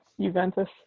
Juventus